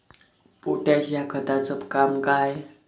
Potash या खताचं काम का हाय?